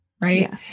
right